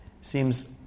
seems